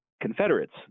Confederates